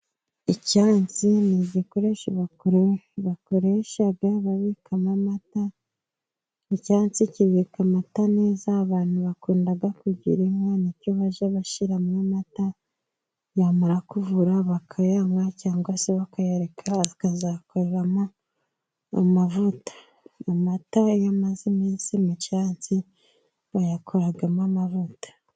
Icyansi n'igikoresho abakuru bakoreshaga babikamo amata. Icyansi kibika amata neza, abantu bakunda kugira inka nicyo bajya bashiramo amata, yamara kuvura bakayanywa cyangwa se bakayareka bakazakoreramo amavuta. Amata yamaze iminsi mu cyansi bayakoragamo amavuta.